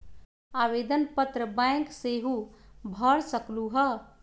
आवेदन पत्र बैंक सेहु भर सकलु ह?